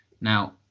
now